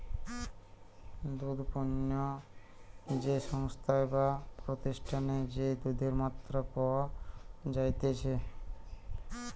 দুধ পণ্য যে সংস্থায় বা প্রতিষ্ঠানে যে দুধের মাত্রা পাওয়া যাইতেছে